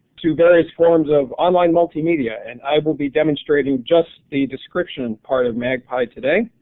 to various forms of online multi-media. and i will be demonstrating just the description part of magpie today.